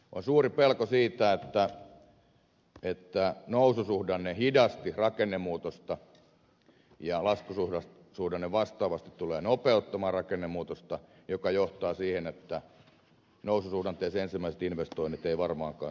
on suuri pelko siitä että noususuhdanne hidasti rakennemuutosta ja laskusuhdanne vastaavasti tulee nopeuttamaan rakennemuutosta mikä johtaa siihen että noususuhdanteen ensimmäiset investoinnit eivät varmaankaan suuntaudu suomeen